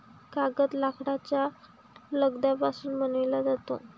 कागद लाकडाच्या लगद्यापासून बनविला जातो